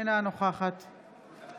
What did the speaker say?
אינה נוכחת סגנית